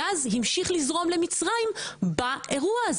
הגז המשיך לזרום למצרים באירוע הזה.